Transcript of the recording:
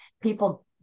people